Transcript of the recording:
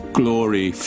glory